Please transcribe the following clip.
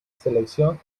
selección